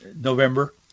November